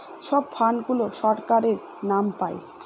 সব ফান্ড গুলো সরকারের নাম পাই